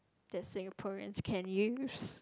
that Singaporeans can use